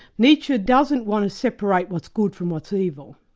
nietzsche doesn't want to separate what's good from what's evil.